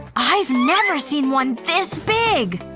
i've never seen one this big!